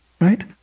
Right